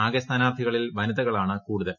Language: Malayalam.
ആക്ക സ്ഥാനാർഥികളിൽ വനിതകളാണ് കൂടുതൽ